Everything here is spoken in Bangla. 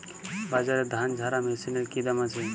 বাজারে ধান ঝারা মেশিনের কি দাম আছে?